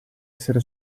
essere